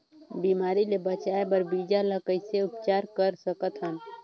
बिमारी ले बचाय बर बीजा ल कइसे उपचार कर सकत हन?